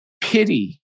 pity